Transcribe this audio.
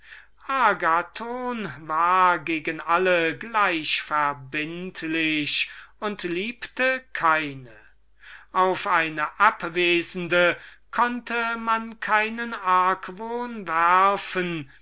war gegen alle gleich verbindlich und liebte keine auf eine abwesende konnte man keinen argwohn werfen